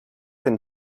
than